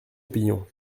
opinion